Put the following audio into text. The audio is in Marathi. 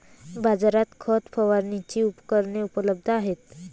बाजारात खत फवारणीची उपकरणे उपलब्ध आहेत